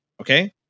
okay